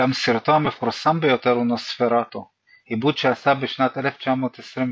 אולם סרטו המפורסם ביותר הוא נוספרטו – עיבוד שעשה בשנת 1922